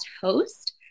host